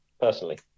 personally